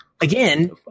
again